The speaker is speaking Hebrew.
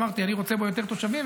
אמרתי: אני רוצה בו יותר תושבים,